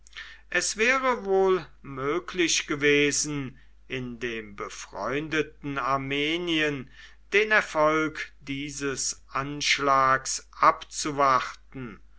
es wäre wohl möglich gewesen in dem befreundeten armenien den erfolg dieses anschlags abzuwarten